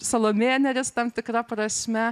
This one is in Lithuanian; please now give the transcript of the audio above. salomėja nėris tam tikra prasme